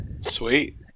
Sweet